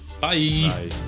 Bye